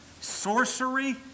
sorcery